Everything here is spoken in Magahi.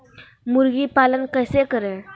मुर्गी पालन कैसे करें?